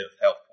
health